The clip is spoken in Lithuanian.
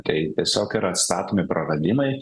tai tiesiog yra statomi praradimai